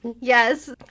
Yes